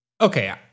Okay